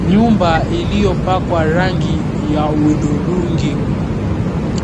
Nyumba iliyopakwa rangi ya udhurungi